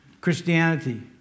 Christianity